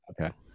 Okay